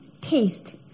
taste